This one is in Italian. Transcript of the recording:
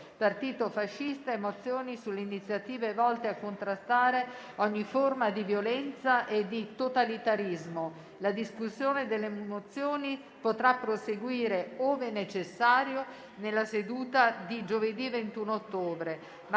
partito fascista e mozioni su iniziative volte a contrastare ogni forma di violenza e di totalitarismo. La discussione delle mozioni potrà proseguire, ove necessario, nella seduta di giovedì 21 ottobre.